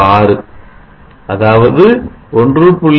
46 அதாவது 1